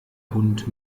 hund